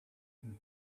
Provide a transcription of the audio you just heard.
him